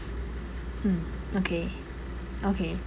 mm okay okay